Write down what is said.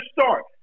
start